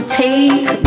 take